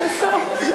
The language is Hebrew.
זה הסוף.